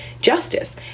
justice